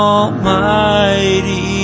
Almighty